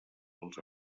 als